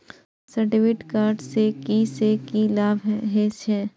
Sir debit card से की से की लाभ हे छे?